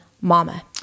Mama